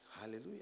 Hallelujah